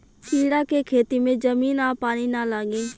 कीड़ा के खेती में जमीन आ पानी ना लागे